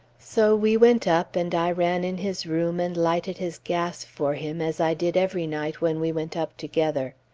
so we went up, and i ran in his room, and lighted his gas for him, as i did every night when we went up together.